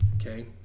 Okay